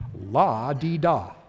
La-di-da